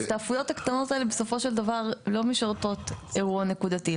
ההסתעפויות הקטנות האלה בסופו של דבר לא משרתות אירוע נקודתי.